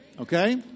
Okay